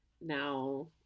Now